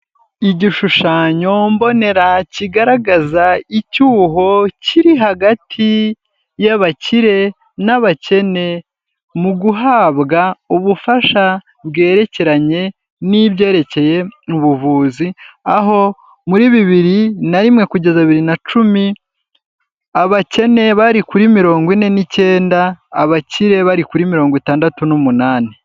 Igishushanyo mbonera kigaragaza icyuho kiri hagati y'abakire n'abakene mu guhabwa ubufasha bwerekeranye n'ibyerekeye ubuvuzi, aho muri bibiri na rimwe kugeza bibiri na cumi abakene bari kuri mirongo ine nicyenda, abakire bari kuri mirongo itandatu n'umunani.